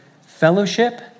fellowship